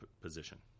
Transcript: position